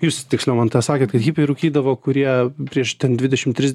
jūs tiksliau man tą sakėt kad hipiai rūkydavo kurie prieš dvidešim tris